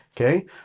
Okay